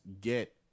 get